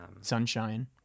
sunshine